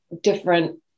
different